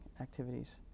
activities